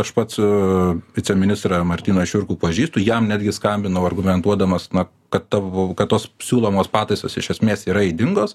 aš pats viceministrą martyną šiurkų pažįstu jam netgi skambinau argumentuodamas na kad tavo kad tos siūlomos pataisos iš esmės yra ydingos